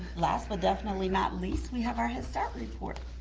last but definitely not least, we have our head start report.